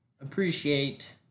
appreciate